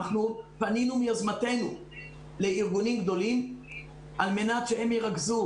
פנינו מיוזמתנו לארגונים גדולים על מנת שהם ירכזו